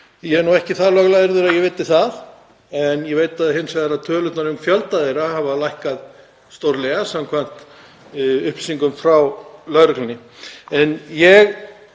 Ég er nú ekki svo löglærður að ég viti það. En ég veit hins vegar að tölurnar um fjölda þeirra hafa lækkað stórlega samkvæmt upplýsingum frá lögreglunni. Ég